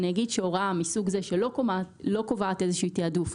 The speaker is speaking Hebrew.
אני אומר שהוראה מסוג זה שלא קובעת איזשהו תעדוף,